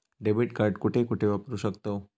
Debit card कुठे कुठे वापरू शकतव?